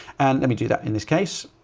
and let me do that in this case.